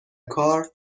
کار